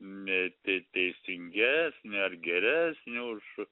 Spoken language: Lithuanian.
ne te teisingesnė ar geresnė už